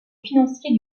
financier